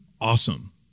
awesome